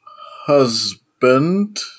Husband